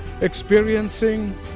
experiencing